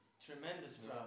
tremendous